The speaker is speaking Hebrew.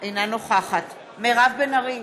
אינה נוכחת מירב בן ארי,